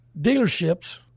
dealerships